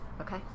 Okay